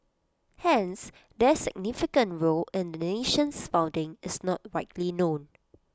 hence their significant role in the nation's founding is not widely known